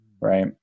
right